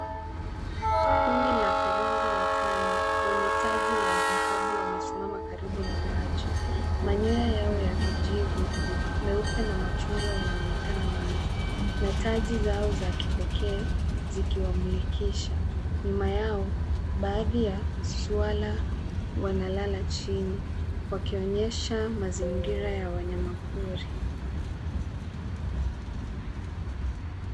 Kundi la korongo watano wenye taji la dhahabu wamesimama karibu na maji. Manyoya yao ya kijivu, meupe na machungwa yanaonekana wazi na taji zao za kipekee zikiwamulikisha. Nyuma yao baadhi ya swara wanalala chini wakionyesha mazingira ya wanyamapori.